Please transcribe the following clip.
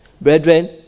brethren